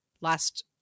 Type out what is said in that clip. Last